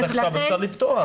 אז עכשיו אפשר לפתוח.